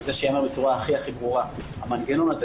וזה שייאמר בצורה הכי ברורה המנגנון הזה,